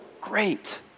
great